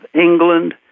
England